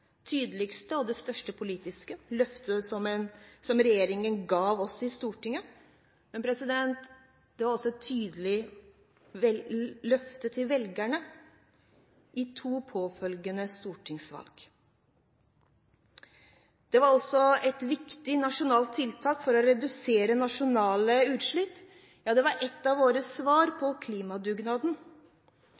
det tydeligste og største politiske løftet som regjeringen ga oss i Stortinget, men det var også et tydelig løfte til velgerne i to påfølgende stortingsvalg. Det var også et viktig nasjonalt tiltak for å redusere nasjonale utslipp. Ja, det var et av våre svar på klimadugnaden.